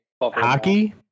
hockey